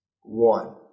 one